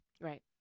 Right